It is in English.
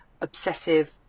obsessive